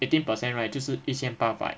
eighteen percent right 就是一千八百